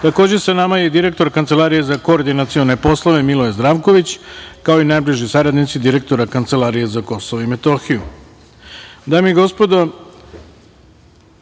sa nama je i direktor Kancelarije za koordinacione poslove, Miloje Zdravković, kao i najbliži saradnici direktora Kancelarije za Kosovo i Metohiju. Dame